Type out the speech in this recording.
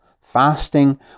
Fasting